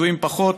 שידועים פחות,